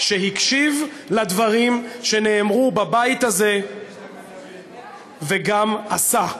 שהקשיב לדברים שנאמרו בבית הזה וגם עשה.